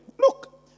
look